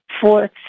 fourth